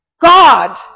God